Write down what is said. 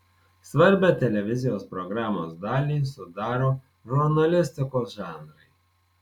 svarbią televizijos programos dalį sudaro žurnalistikos žanrai